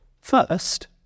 first